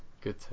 Good